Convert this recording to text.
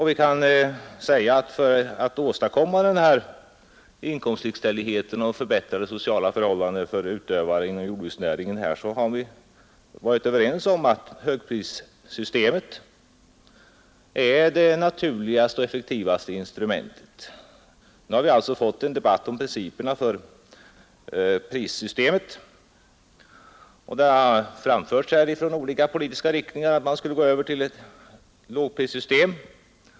Vi kan säga att vi för att åstadkomma inkomstlikställighet och förbättra de sociala förhållandena för utövande av jordbruksnäringen har varit överens om att högprissystemet är det naturligaste och effektivaste instrumentet. Nu har vi fått en debatt om principerna för prissystemet, och från olika politiska riktningar har man framfört uppfattningen att vi skulle gå över till ett lågprissystem.